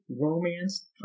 romance